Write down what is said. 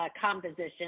composition